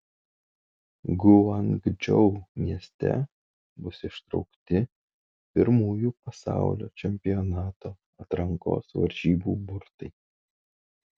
guangdžou mieste bus ištraukti pirmųjų pasaulio čempionato atrankos varžybų burtai